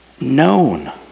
known